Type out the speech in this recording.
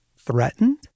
threatened